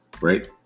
right